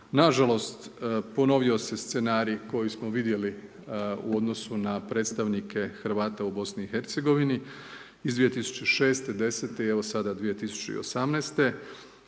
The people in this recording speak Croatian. Nažalost, ponovio se scenarij koji smo vidjeli u odnosu na predstavnike Hrvata u BiH-a iz 2006., 2010. i evo sada 2018.